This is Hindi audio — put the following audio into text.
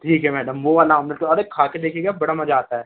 ठीक है मैडम वो वाला ऑमलेट अरे खा कर देखिएगा बड़ा मज़ा आता है